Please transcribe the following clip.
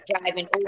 driving